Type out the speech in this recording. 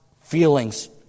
feelings